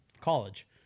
College